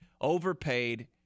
overpaid